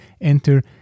enter